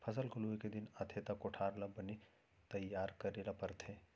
फसल के लूए के दिन आथे त कोठार ल बने तइयार करे ल परथे